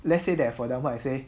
let's say that for example I say